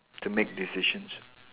to make decisions